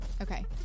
Okay